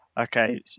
Okay